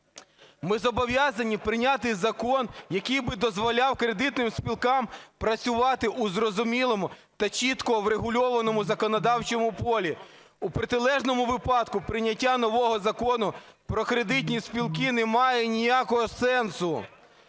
Ми зобов'язані прийняти закон, який би дозволяв кредитним спілкам працювати в зрозумілому та чітко врегульованому законодавчому полі. У протилежному випадку прийняття нового Закону "Про кредитні спілки" не має ніякого сенсу.